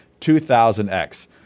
2000X